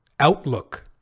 Outlook